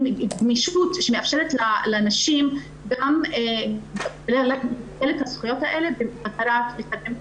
גמישות שמאפשרת לנשים גם לקבל את הזכויות האלה במטרה לקדם אותן.